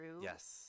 Yes